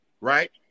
right